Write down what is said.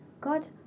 god